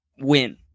win